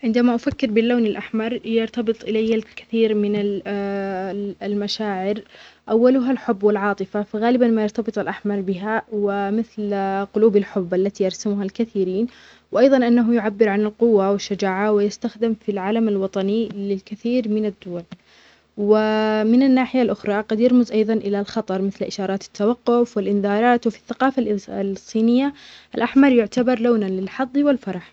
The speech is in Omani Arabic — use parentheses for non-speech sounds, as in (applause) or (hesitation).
عندما أفكر باللون الأحمر يرتبط اليَ الكثير من (hesitation) المشاعر فغالبًا ما يرتبط الأحمر بها ومثل (hesitation) قلوب الحب التي يرسمها الكثيرين وأيظاً أنه يعبر عن القوة والشجاعة ويستخدم في العلم الوطني للكثير من الدول و (hesitation) من الناحية الأخرى قد يرمز أيظًا إلى الخطر مثل إشارات التوقف والنذارات وفي الثقافه (hesitation) الصينية الأحمر يعتبر لونًا للحظ والفرح.